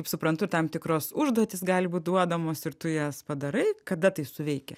kaip suprantu ir tam tikros užduotys gali būt duodamos ir tu jas padarai kada tai suveikia